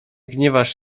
gniewasz